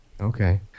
Okay